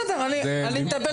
בסדר, אני מטפל בזה גם.